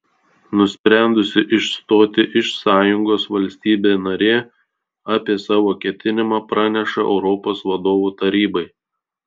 nusprendusi išstoti iš sąjungos valstybė narė apie savo ketinimą praneša europos vadovų tarybai